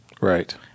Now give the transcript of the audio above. Right